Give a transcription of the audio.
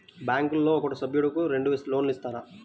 బ్యాంకులో ఒక సభ్యుడకు రెండు లోన్లు ఇస్తారా?